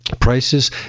Prices